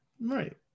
Right